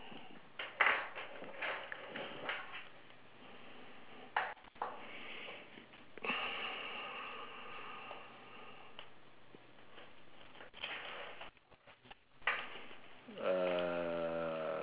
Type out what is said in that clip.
uh